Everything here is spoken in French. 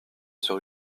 sur